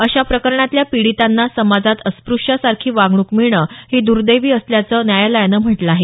अशा प्रकरणातल्या पीडितांना समाजात अस्प्रश्यासारखी वागणूक मिळणं हे दुर्देवी असल्याचं न्यायालयानं म्हटलं आहे